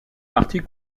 partie